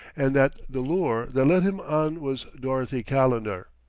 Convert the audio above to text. and that the lure that led him on was dorothy calendar.